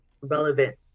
relevant